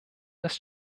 das